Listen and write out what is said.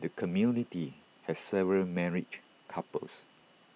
the community has several married couples